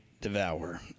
devour